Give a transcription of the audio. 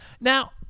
Now